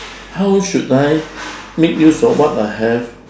how should I make use of what I have